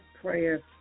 prayer